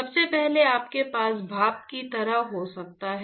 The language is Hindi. सबसे पहले आपके पास भाप की तरह हो सकता है